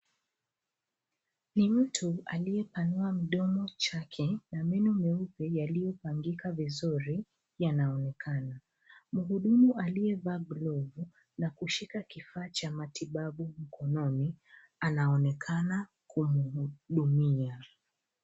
Ni mtu aliyepanua mdomo chake, na meno meupe yaliyopangika vizuri yanaonekana. Mhudumu aliyevaa glovu na kushika kifaa cha matibabu mkononi, anaonekana kumhudumia.